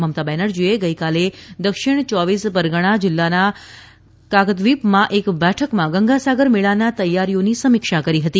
મમતા બેનરજીએ ગઇકાલે દક્ષિણ યોવીસ પરગણાં જિલ્લાના કાકદવીપમાં એક બેઠકમાં ગંગાસાગર મેળાની તૈયારીઓની સમીક્ષા કરી હતી